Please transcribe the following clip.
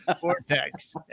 vortex